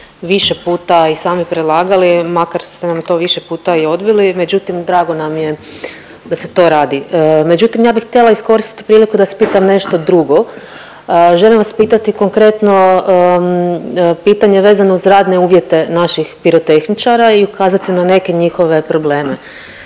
više puta i sami predlagali, makar ste nam to više puta i odbili, međutim drago nam je da se to radi. Međutim ja bi htjela iskoristiti priliku da vas pitam nešto drugo. Želim vas pitati konkretno pitanje vezano uz radne uvjete naših pirotehničara i ukazati na neke njihove probleme.